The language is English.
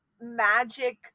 magic